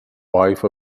wife